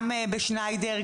זה גם בשניידר,